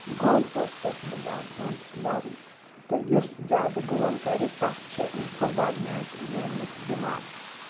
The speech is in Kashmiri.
گول پوسٹَس منٛز آسان بَرٕنۍ تہٕ یُس زیادٕ گول کَرِ تَس چھِ فُٹ بال میچ زیننِتھ دِوان